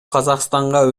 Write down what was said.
казакстанга